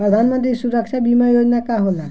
प्रधानमंत्री सुरक्षा बीमा योजना का होला?